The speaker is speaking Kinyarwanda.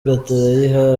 gatarayiha